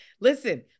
Listen